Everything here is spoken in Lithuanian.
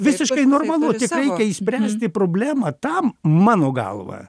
visiškai normalu tik reikia išspręsti problemą tam mano galva